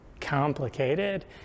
complicated